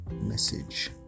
message